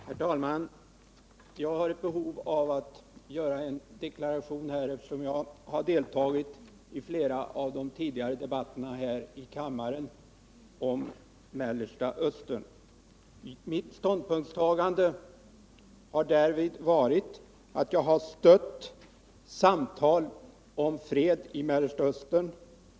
Herr talman! Jag har ett behov av att göra en deklaration, eftersom jag har deltagit i flera av de tidigare debatterna här i kammaren om Mellanöstern. Mitt ståndpunktstagande har därvid varit att jag har stött samtal om fred i området.